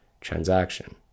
transaction